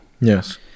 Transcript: Yes